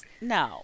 no